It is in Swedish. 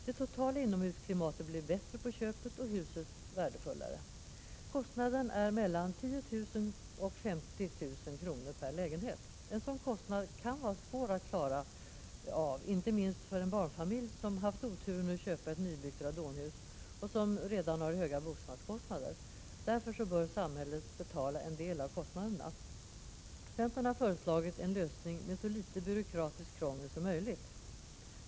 Det totala inomhusklimatet blir bättre på köpet och huset värdefullare. Kostnaden är mellan 10 000 och 50 000 kr. per lägenhet. En sådan kostnad kan vara svår att klara av inte minst för en barnfamilj som haft oturen att köpa ett nybyggt radonhus och som redan har höga bostadskostnader. Därför bör samhället betala en del av kostnaderna. Centern har föreslagit en lösning med så litet byråkratiskt krångel som möjligt.